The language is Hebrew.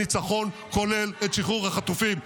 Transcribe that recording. הניצחון כולל את שחרור החטופים,